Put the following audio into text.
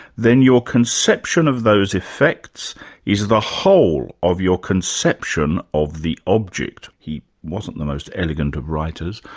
then your conception of those effects is the whole of your conception of the object. he wasn't the most elegant of writers.